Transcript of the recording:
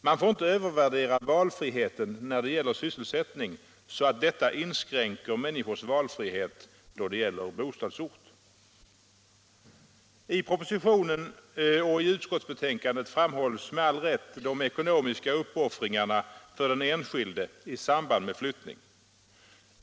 Man får inte övervärdera valfriheten när det gäller sysselsättning så att detta inskränker människors valfrihet då det gäller bostadsort. I propositionen och i utskottsbetänkandet framhålls med all rätt de ekonomiska uppoffringarna för den enskilde i samband med flyttning.